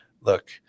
look